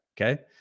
Okay